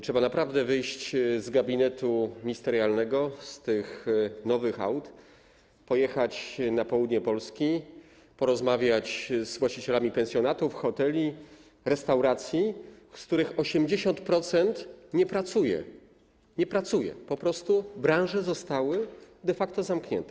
Trzeba naprawdę wyjść z gabinetu ministerialnego, z tych nowych aut, pojechać na południe Polski, porozmawiać z właścicielami pensjonatów, hoteli, restauracji, z których 80% nie pracuje - nie pracuje, po prostu branże zostały de facto zamknięte.